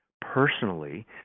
personally